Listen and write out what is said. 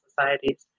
societies